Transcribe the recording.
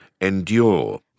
endure